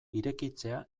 irekitzea